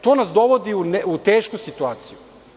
To nas dovodi u tešku situaciju.